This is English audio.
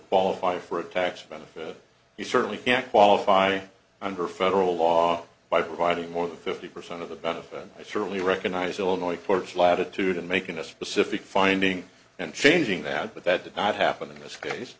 qualify for a tax benefit he certainly can't qualify under federal law by providing more than fifty percent of the benefit and i certainly recognize illinois puts latitude in making a specific finding and changing that but that did not happen in this case